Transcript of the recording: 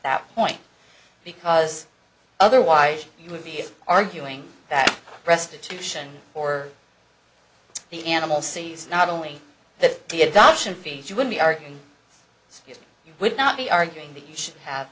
point because otherwise you would be if arguing that restitution or the animal c s not only that the adoption fees you would be arguing you would not be arguing that you should have